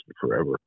forever